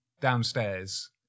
downstairs